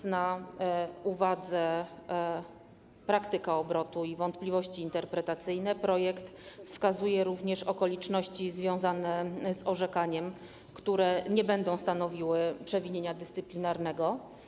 Z uwagi na praktykę obrotu i wątpliwości interpretacyjne projekt wskazuje również okoliczności związane z orzekaniem, które nie będą stanowiły przewinienia dyscyplinarnego.